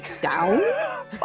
down